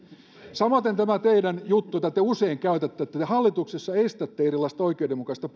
samaten tämä teidän juttu jota te usein käytätte että te hallituksessa estätte erilaista oikeudenmukaista